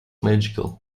magical